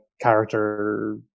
character